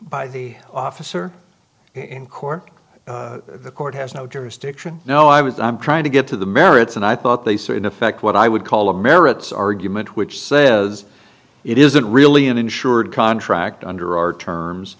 by the officer in court the court has no jurisdiction no i was i'm trying to get to the merits and i thought they saw in effect what i would call a merits argument which says it isn't really an insured contract under our terms